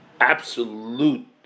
absolute